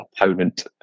opponent